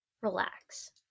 relax